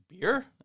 beer